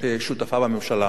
שותפה בממשלה,